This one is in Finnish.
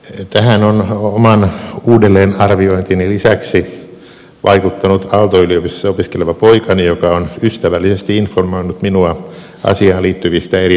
tähän on oman uudelleenarviointini lisäksi vaikuttanut aalto yliopistossa opiskeleva poikani joka on ystävällisesti informoinut minua asiaan liittyvistä eri näkökohdista